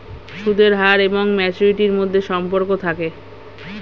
সুদের হার এবং ম্যাচুরিটির মধ্যে সম্পর্ক থাকে